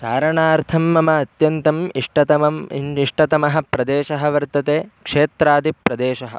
चारणार्थं मम अत्यन्तम् इष्टतमम् इन् इष्टतमः प्रदेशः वर्तते क्षेत्रादिप्रदेशः